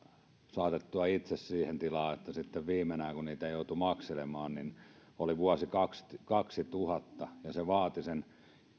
saatettua itsensä siihen tilaan että sitten viimenään kun niitä joutui makselemaan oli vuosi kaksituhatta se vaati sen